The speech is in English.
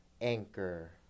Anchor